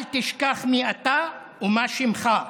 אל תשכח מי אתה ומה שִמך.